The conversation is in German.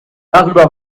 darüber